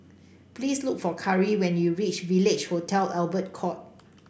please look for Cari when you reach Village Hotel Albert Court